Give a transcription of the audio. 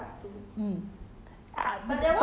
有有有 train to busan part two